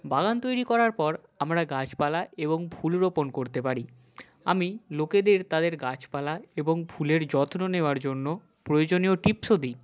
বাগান তৈরি করার পর আমরা গাছপালা এবং ফুলও রোপণ করতে পারি আমি লোকেদের তাদের গাছপালা এবং ফুলের যত্ন নেওয়ার জন্য প্রয়োজনীয় টিপসও দিই